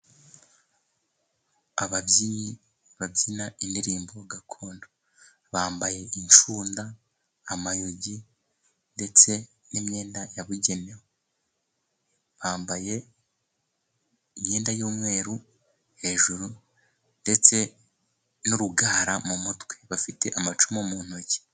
Ababyinnyi babyina indirimbo gakondo, bambaye inshunda amayogi ndetse n'imyenda yabugenewe, bambaye imyenda y'umweru hejuru ndetse n'urugara mu mutwe bafite n'amacumu mu ntoki.